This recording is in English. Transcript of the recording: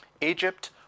Egypt